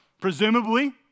presumably